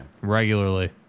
Regularly